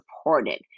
supported